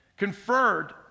Conferred